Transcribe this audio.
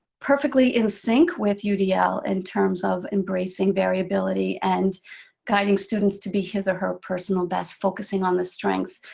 perfectly in sync with udl, in terms of embracing variability and guiding students to be his or her personal best, focusing on the strengths,